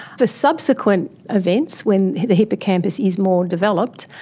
for subsequent events when the hippocampus is more developed,